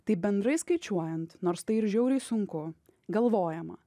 tai bendrai skaičiuojant nors tai yra žiauriai sunku galvojama